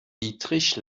dietrich